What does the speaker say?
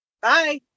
Bye